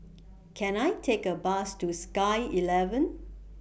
Can I Take A Bus to Sky eleven